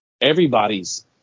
everybody's